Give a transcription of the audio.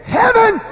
heaven